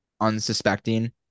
unsuspecting